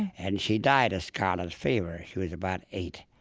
and she died of scarlet fever. she was about eight.